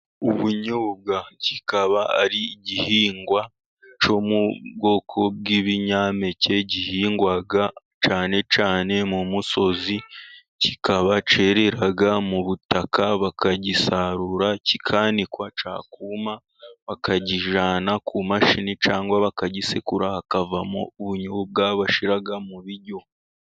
Ubunyobwa, kikaba ari igihingwa cyo mu bwoko bw'ibinyampeke, gihingwa cyane cyane mu musozi. Kikaba cyerera mu butaka bakagisarura k'ikanikwa cyakuma, bakakijyana ku mashini cyangwa bakagisekura hakavamo ubunyobwa bashyira mu biryo.